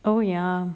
oh ya